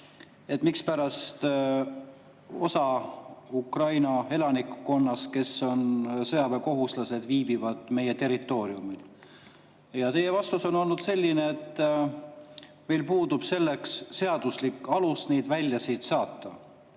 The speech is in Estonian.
et mispärast osa Ukraina elanikkonnast, kes on sõjaväekohuslased, viibivad meie territooriumil. Teie vastus on olnud selline, et meil puudub seaduslik alus neid siit välja saata.